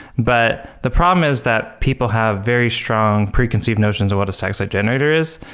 but the problem is that people have very strong preconceived notions of what a static site generator is.